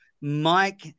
Mike